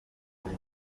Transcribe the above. muri